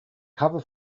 cover